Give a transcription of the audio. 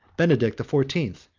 benedict the fourteenth,